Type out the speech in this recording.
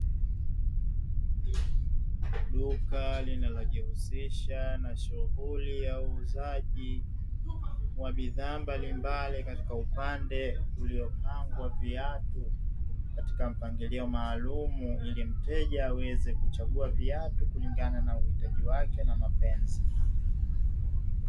Duka linalojihusisha na shughuli ya uuzaji wa bidhaa mbali mbali katika upande uliopangwa viatu katika mpangilio maalumu, ili mteja aweze kuchagua viatu kulingana na uhitaji wake na mapenzi.